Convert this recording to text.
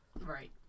Right